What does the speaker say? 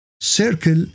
circle